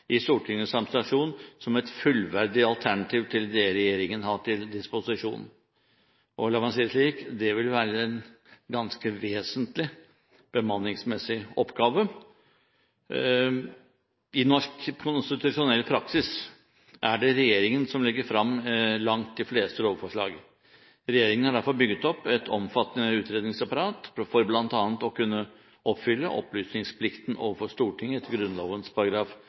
i Stortingets administrasjon som et fullverdig alternativ til det regjeringen har til disposisjon. La meg si det slik: Det vil være en ganske vesentlig bemanningsmessig oppgave. I norsk konstitusjonell praksis er det regjeringen som legger frem de langt fleste lovforslag. Regjeringen har derfor bygget opp et omfattende utredningsapparat for bl.a. å kunne oppfylle opplysningsplikten overfor Stortinget